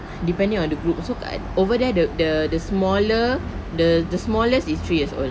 depending on the group so kat over there the the the smaller the the smallest is three years old